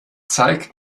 zeigt